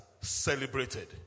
celebrated